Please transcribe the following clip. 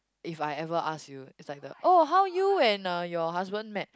if I ever ask you is like the oh how you and uh your husband met